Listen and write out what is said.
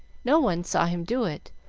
no one saw him do it,